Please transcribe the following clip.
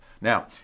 Now